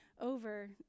over